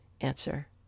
answer